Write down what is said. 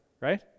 right